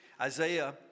Isaiah